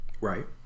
Right